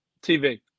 TV